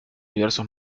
diversos